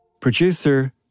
Producer